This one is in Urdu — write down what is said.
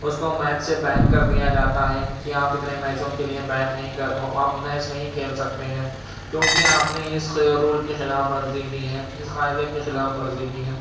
اس کو میچ سے بین کر دیا جاتا ہے کہ آپ اتنے میچوں کے لیے بین نہیں کر آپ میچ نہیں کھیل سکتے ہیں کیوں کہ آپ نے اس کے رول کی خلاف ورزی کی ہے اس قاعدے کی خلاف ورزی کی ہے